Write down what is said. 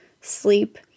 sleep